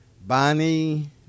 Bonnie